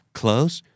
close